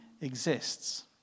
exists